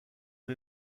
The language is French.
les